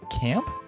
camp